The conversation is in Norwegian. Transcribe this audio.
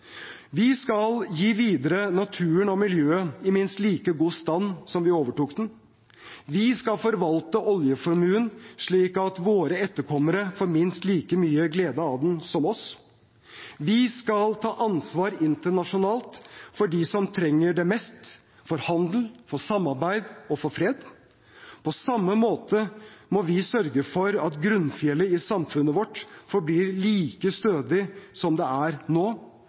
Vi skal gi videre naturen og miljøet i minst like god stand som vi overtok det. Vi skal forvalte oljeformuen slik at våre etterkommere får minst like mye glede av den som oss. Vi skal ta ansvar internasjonalt for dem som trenger det mest, for handel, for samarbeid og for fred. På samme måte må vi sørge for at grunnfjellet i samfunnet vårt forblir like stødig som det er nå.